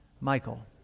Michael